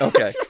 Okay